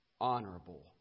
honorable